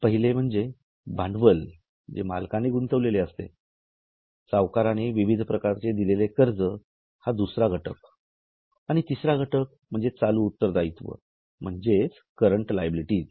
पहिले म्हणजे भांडवल जे मालकाने गुंतविलेले असते सावकाराने विविध प्रकारचे दिलेले कर्ज हा दुसरा'घटक आणि तिसरा घटक म्हणजे चालू उत्तरदायित्व म्हणजेच करंट लायबिलिटीज